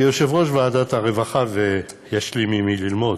כיושב-ראש ועדת הרווחה, ויש לי ממי ללמוד,